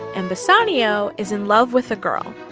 and bassanio is in love with a girl.